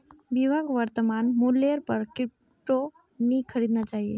विभाक वर्तमान मूल्येर पर क्रिप्टो नी खरीदना चाहिए